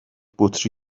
بطری